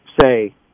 say